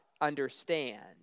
understand